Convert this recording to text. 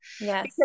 Yes